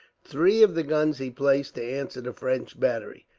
three of the guns he placed to answer the french battery,